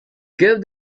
give